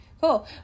cool